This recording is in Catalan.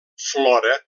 flora